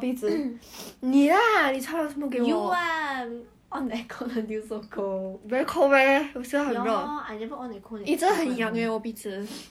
act together right you will be like his daughter or something 叫爸有点奇怪表哥 lah or he's your uncle